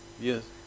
Yes